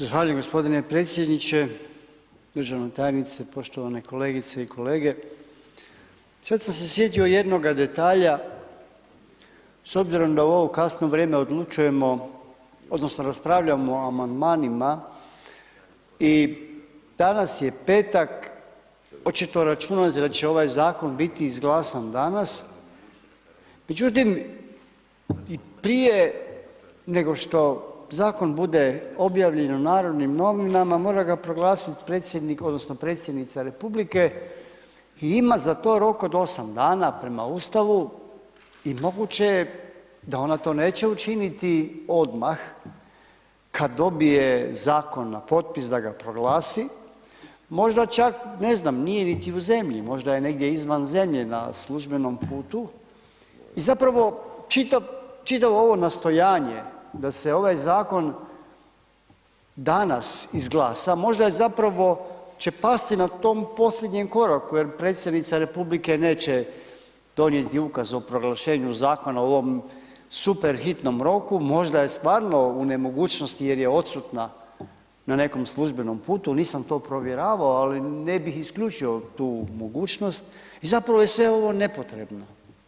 Zahvaljujem gospodine predsjedniče, državna tajnice, poštovane kolegice i kolege, sad sam se sjetio jednoga detalja s obzirom da u ovo kasno vrijeme odlučujemo odnosno raspravljamo o amandmanima i danas je petak očito računate da će ovaj zakon biti izglasan danas, međutim i prije nego što zakon bude objavljen u Narodnim novinama mora ga proglasit predsjednica Republike i ima za to rok od 8 dana prema Ustavu i moguće je da ona to neće učiniti odmah kad dobije zakon na potpis da ga proglasi, možda ček ne znam nije niti u zemlji, možda je negdje izvan zemlje na službenom putu i zapravo čitavo ovo nastojanje da se ovaj zakon danas izglasa možda je zapravo će pasti na tom posljednjem koraku, jer predsjednica Republike neće donijeti ukaz o proglašenju zakona u ovom super hitnom roku, možda je stvarno u nemogućnosti jer je odsutna na nekom službenom putu, nisam to provjeravao, ali ne bih isključio tu mogućnost i zapravo je sve ovo nepotrebno.